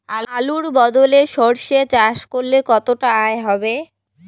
আলুর বদলে সরষে চাষ করলে কতটা আয় হবে?